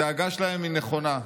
הדאגה שלהם היא נכונה.